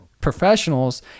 professionals